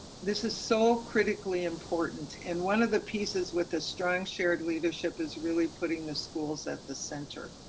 this is so critically important and one of the pieces with a strong shared leadership is really putting the schools at the center.